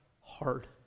Hard